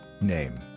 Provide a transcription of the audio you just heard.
name